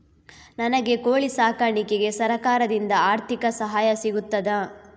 ನನಗೆ ಕೋಳಿ ಸಾಕಾಣಿಕೆಗೆ ಸರಕಾರದಿಂದ ಆರ್ಥಿಕ ಸಹಾಯ ಸಿಗುತ್ತದಾ?